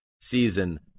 season